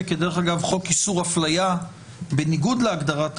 ודרך אגב חוק איסור הפליה בניגוד להגדרת הגזענות,